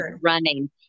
running